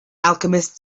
alchemist